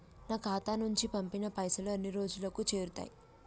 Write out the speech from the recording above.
నా ఖాతా నుంచి పంపిన పైసలు ఎన్ని రోజులకు చేరుతయ్?